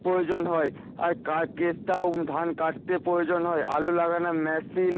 প্রয়োজন হয় আর কার কাস্তেও ধান কাটতে প্রয়োজন হয় আলু লাগানোর মেশিন